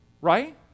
right